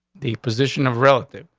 the position of relative?